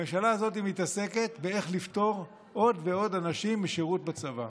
הממשלה הזאת מתעסקת באיך לפטור עוד ועוד אנשים משירות בצבא.